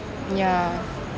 ya